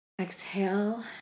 Exhale